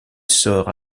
sort